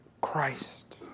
Christ